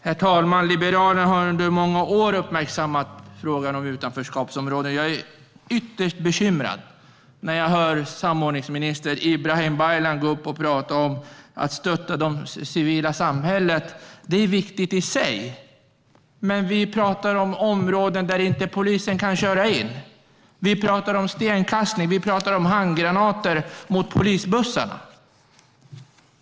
Herr talman! Liberalerna har under många år uppmärksammat frågan om utanförskapsområden. Jag blir ytterst bekymrad när jag hör samordningsminister Ibrahim Baylan gå upp i talarstolen och tala om att stötta det civila samhället. Det är viktigt i sig, men vi pratar om områden där polisen inte kan köra in. Vi pratar om stenkastning. Vi pratar om handgranater mot polisbussarna.